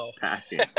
packing